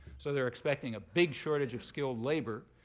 so they're expecting a big shortage of skilled labor.